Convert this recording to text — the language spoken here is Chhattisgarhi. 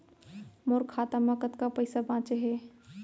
मोर खाता मा कतका पइसा बांचे हे?